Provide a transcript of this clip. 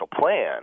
plan